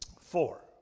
four